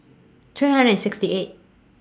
three hundred and sixty eight